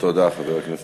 תודה, חבר הכנסת יוגב.